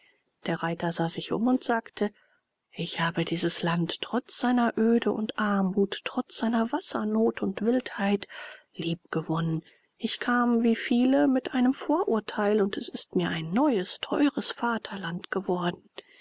der reiter sah sich um und sagte ich habe dieses land trotz seiner öde und armut trotz seiner wassernot und wildheit lieb gewonnen ich kam wie viele mit einem vorurteil und es ist mir ein neues teures vaterland geworden